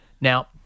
Now